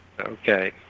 Okay